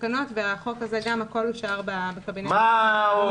התקנות והחוק הזה, הכול אושר בקבינט בממשלה.